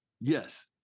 Yes